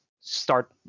start